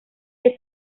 que